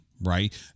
right